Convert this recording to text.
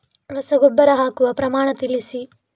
ರಸಗೊಬ್ಬರ ಹಾಕುವ ಪ್ರಮಾಣ ತಿಳಿಸಿ